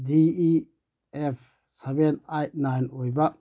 ꯗꯤ E F seven eight nine ꯑꯣꯏꯕ